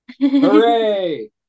Hooray